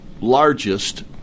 largest